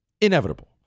inevitable